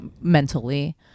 mentally